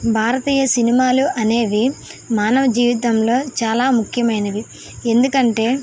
భారతీయ సినిమాలు అనేవి మానవ జీవితంలో చాలా ముఖ్యమైనవి ఎందుకంటే